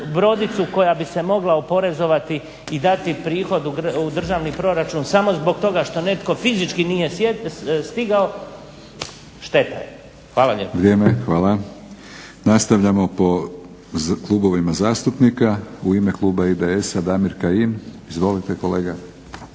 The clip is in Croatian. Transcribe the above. brodicu koja bi se mogla oporezovati i dati prihod u državni proračun samo zbog toga što netko fizički nije stigao, šteta je. Hvala lijepa. **Batinić, Milorad (HNS)** Hvala. Nastavljamo po klubovima zastupnika. U ime kluba IDS-a Damir Kajin. Izvolite kolega.